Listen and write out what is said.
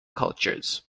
cultures